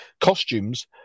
costumes